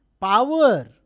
power